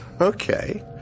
Okay